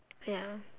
ya